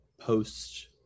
post